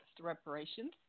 reparations